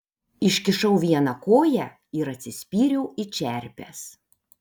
iškišau vieną koją ir atsispyriau į čerpes